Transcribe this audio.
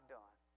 done